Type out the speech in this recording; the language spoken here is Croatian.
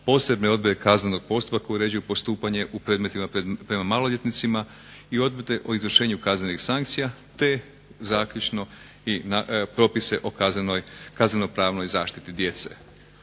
posebne odredbe kaznenog postupka koji uređuje postupanje u predmetima prema maloljetnicima i upute o izvršenju kaznenih sankcija te zaključno i propise o kazneno-pravnoj zaštiti djece.